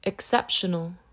Exceptional